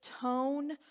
tone